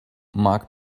mark